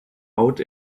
out